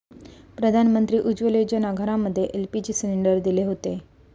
प्रधानमंत्री उज्ज्वला योजनेतना घरांमध्ये एल.पी.जी सिलेंडर दिले हुते